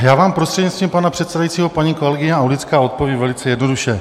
Já vám, prostřednictvím pana předsedajícího, paní kolegyně Aulická, odpovím velice jednoduše.